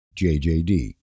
JJD